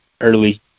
early